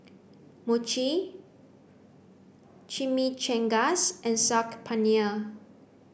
mochi Chimichangas and Saag Paneer